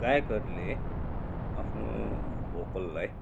गायकहरूले आफ्नो भोकललाई